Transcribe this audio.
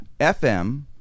FM